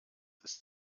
ist